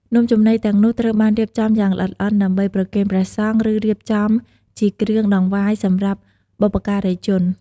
នំចំណីទាំងនោះត្រូវបានរៀបចំយ៉ាងល្អិតល្អន់ដើម្បី ប្រគេនព្រះសង្ឃ ឬរៀបចំជាគ្រឿងដង្វាយសម្រាប់បុព្វការីជន។